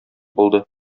булды